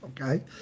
okay